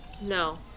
No